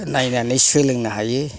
नायनानै सोलोंनो हायो